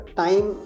time